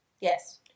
Yes